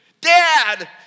Dad